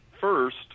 First